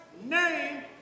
name